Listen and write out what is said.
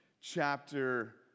chapter